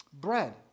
Bread